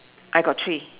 I got three